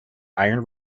iron